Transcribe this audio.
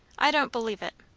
i don't believe it.